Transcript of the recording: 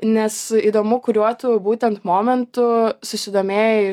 nes įdomu kuriuo tu būtent momentu susidomėjai